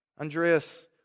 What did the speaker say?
Andreas